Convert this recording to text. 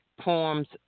Poems